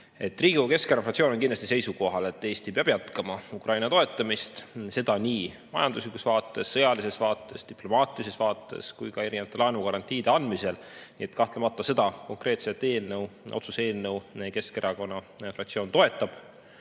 Riigikogu Keskerakonna fraktsioon on kindlasti seisukohal, et Eesti peab jätkama Ukraina toetamist, seda nii majanduslikus vaates, sõjalises vaates, diplomaatilises vaates kui ka erinevate laenugarantiide andmisel. Nii et seda konkreetset otsuse eelnõu Keskerakonna fraktsioon kahtlemata